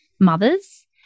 mothers